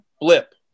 blip